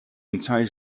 entire